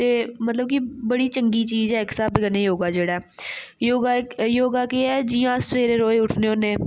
ते मतलब कि बड़ी चंगी चीज ऐ इक स्हाबै कन्नै योगा जेह्ड़ा ऐ योगा इक योगा केह् ऐ जि'यां अस सवैरे रोज उट्ठने होन्ने